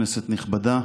כנסת נכבדה,